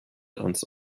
ans